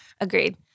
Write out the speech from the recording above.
Agreed